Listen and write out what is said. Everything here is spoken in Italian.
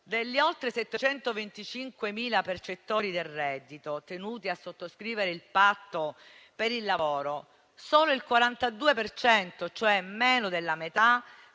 Degli oltre 725.000 percettori del reddito tenuti a sottoscrivere il patto per il lavoro, solo il 42 per cento, cioè meno della metà,